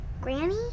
Granny